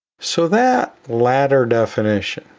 so that latter definition,